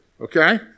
okay